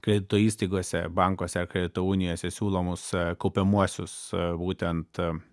kredito įstaigose bankuose ar kredito unijose siūlomus kaupiamuosius būtent